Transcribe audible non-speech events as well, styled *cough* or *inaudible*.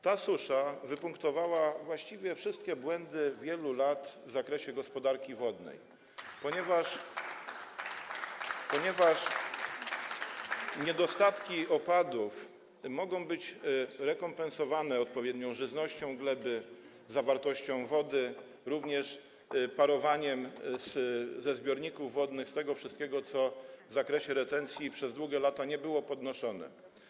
Ta susza wypunktowała właściwie wszystkie błędy z wielu lat w zakresie gospodarki wodnej, *applause* ponieważ niedostatki opadów mogą być rekompensowane odpowiednią żyznością gleby, zawartością wody, również parowaniem ze zbiorników wodnych - tym wszystkim, co w zakresie retencji przez długie lata nie było podnoszone.